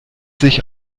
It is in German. sich